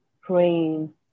praying